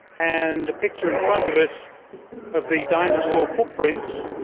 and a picture in front of us of the dinosaur footprints